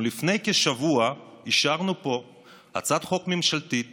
אנחנו לפני כשבוע אישרנו פה הצעת חוק ממשלתית